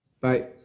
Bye